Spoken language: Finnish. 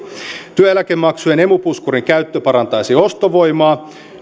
työeläkemaksujen emu puskurin käyttö parantaisi ostovoimaa